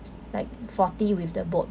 like faulty with the boat